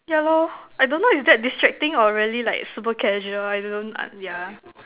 yeah lor I don't know is that distracting or really like super casual I don't uh yeah